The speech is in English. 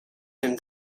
him